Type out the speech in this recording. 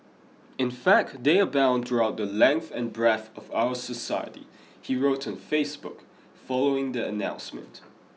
in fact they abound throughout the length and breadth of our society he wrote on Facebook following the announcement